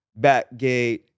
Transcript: Backgate